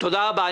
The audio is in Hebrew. תודה רבה.